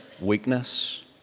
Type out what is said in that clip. weakness